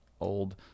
old